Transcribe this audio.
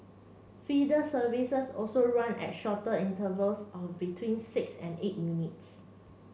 feeder services also run at shorter intervals of between six and eight minutes